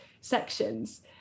sections